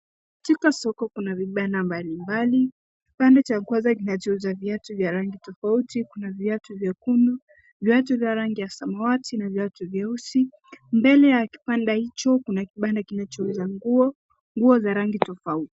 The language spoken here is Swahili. Katika soko kuna vibanda mbalimbali . Kibanda cha kwanza kinachouza viatu vya rangi tofauti , kuna viatu vyekundu, viatu vya rangi ya samawati na viatu vyeusi . Mbele ya kibanda hicho kuna kibanda kinachouza nguo, nguo za rangi tofauti.